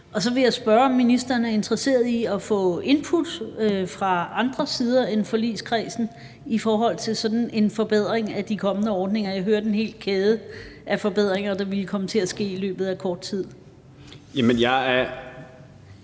og så vil jeg spørge, om ministeren er interesseret i at få input fra andre sider end forligskredsen i forhold til sådan en forbedring af de kommende ordninger. Jeg hørte en hel kæde af forbedringer, der ville komme til at ske i løbet af kort tid. Kl.